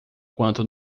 quanto